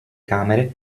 camere